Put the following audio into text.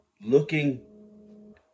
looking